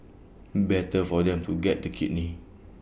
better for them to get the kidney